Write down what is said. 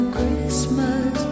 Christmas